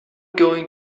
going